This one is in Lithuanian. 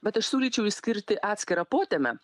bet aš siūlyčiau išskirti atskirą potemę